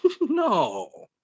no